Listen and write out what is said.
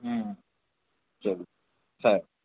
ہاں چلو خیر